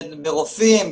ברופאים,